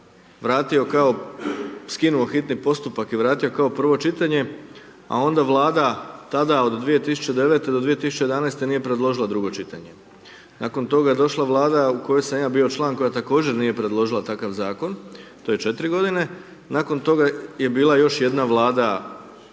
vratio kao, skinuo hitni postupak i vratio kao prvo čitanje, a onda Vlada tada od 2009.-te do 2011.-te nije predložila drugo čitanje. Nakon toga, došla Vlada u kojoj sam ja bio član, koja također nije predložila takav Zakon, to je 4 godine. Nakon toga je bila još jedna Vlada